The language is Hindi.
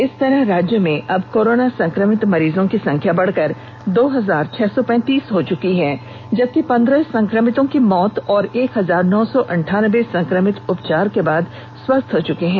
इस तरह राज्य में अब कोरोना संक्रमित मरीजों की संख्या बढ़कर दो हजार छह सौ पैंतीस हो चुकी है जबकि पंद्रह संक्रमितों की मौत और एक हजार नौ सौ अंठानबे संक्रमित उपचार के बाद स्वस्थ हो चूके हैं